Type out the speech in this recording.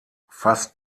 fast